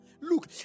look